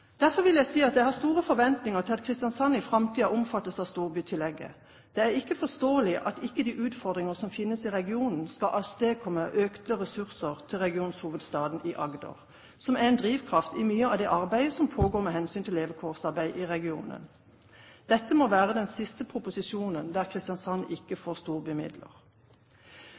Derfor vil jeg si at jeg har store forventninger til at Kristiansand i framtiden omfattes av storbytillegget. Det er ikke forståelig at ikke de utfordringer som finnes i regionen, skal avstedkomme økte ressurser til regionshovedstaden i Agder, som er en drivkraft i mye av det arbeidet som pågår med hensyn til levekårsarbeid i regionen. Dette må være den siste proposisjonen der Kristiansand ikke får storbymidler.